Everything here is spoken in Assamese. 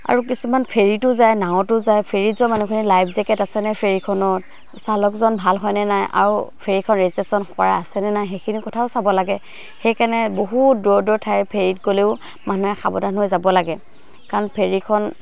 আৰু কিছুমান ফেৰীতো যায় নাৱতো যায় ফেৰীত যোৱা মানুহখিনি লাইফ জেকেট আছে নাই ফেৰীখনত চালকজন ভাল হয়নে নাই আৰু ফেৰীখন ৰেজিষ্ট্ৰেশ্যন কৰা আছেনে নাই সেইখিনি কথাও চাব লাগে সেইকাৰণে বহুত দূৰ দূৰ ঠাই ফেৰীত গ'লেও মানুহে সাৱধান হৈ যাব লাগে কাৰণ ফেৰীখন